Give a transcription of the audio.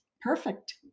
perfect